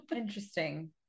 interesting